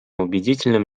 убедительным